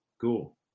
Cool